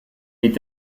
est